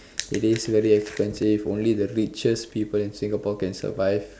it is very expensive only the richest people in Singapore can survive